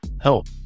Help